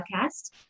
podcast